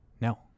No